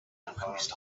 alchemist